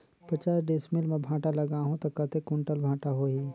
पचास डिसमिल मां भांटा लगाहूं ता कतेक कुंटल भांटा होही?